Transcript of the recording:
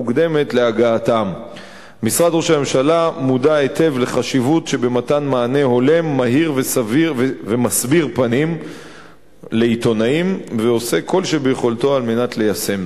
2. אם כן, מה ייעשה בנדון?